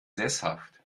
sesshaft